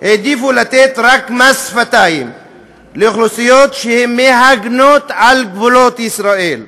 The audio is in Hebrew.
העדיפו לתת רק מס שפתיים לאוכלוסיות שמגנות על גבולות ישראל.